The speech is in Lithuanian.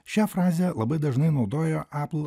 šią frazę labai dažnai naudojo apl